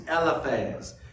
Eliphaz